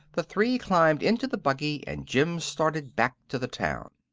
the three climbed into the buggy and jim started back to the town.